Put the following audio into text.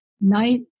Night